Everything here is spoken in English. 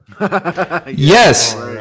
Yes